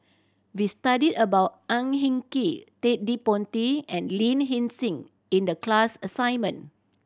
we studied about Ang Hin Kee Ted De Ponti and Lin Hsin Hsin in the class assignment